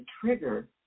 trigger